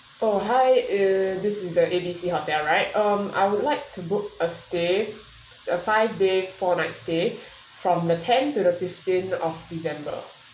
oh hi uh this is the A B C hotel right um I would like to book a stay a five days four nights stay from the ten to the fifteen of december